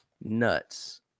Nuts